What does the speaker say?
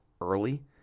early